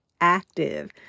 active